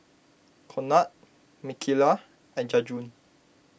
Conard Micaela and Jajuan